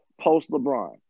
Post-LeBron